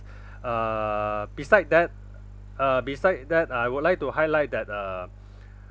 uh beside that uh beside that I would like to highlight that uh